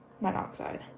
monoxide